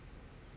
yeah